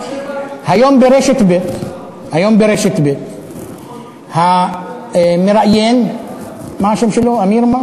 היום ברשת ב' המראיין מה השם שלו, אמיר?